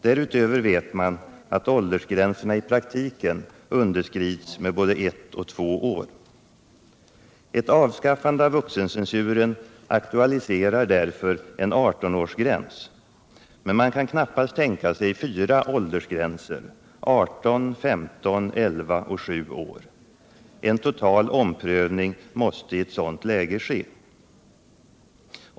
Därutöver vet man att åldersgränserna i praktiken underskrids med både ett och två år. Ett avskaffande av vuxencensuren aktualiserar därför en artonårsgräns. Men man kan knappast tänka sig fyra åldersgränser: 18, 15, 11 och 7 år. En total omprövning måste i ett sådant läge ske.